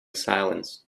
silence